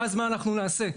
ואז מה אנחנו נעשה?